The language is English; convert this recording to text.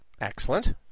Excellent